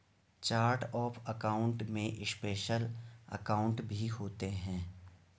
chart of account में special account भी होते हैं